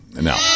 No